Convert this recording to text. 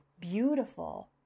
beautiful